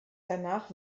danach